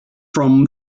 from